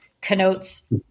connotes